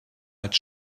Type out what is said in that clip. als